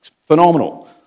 Phenomenal